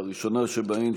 הראשונה שבהן,